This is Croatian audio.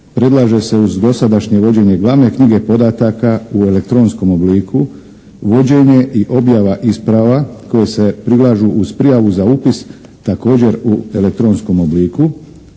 Predlaže se uz dosadašnje vođenje glavne knjige podataka u elektronskom obliku vođenje i objava isprava koje se prilažu uz prijavu za upis također u elektronskom obliku,